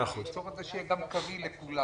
שיהיה גם פירוט קווי לכולם.